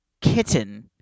Kitten